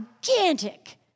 gigantic